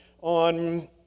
on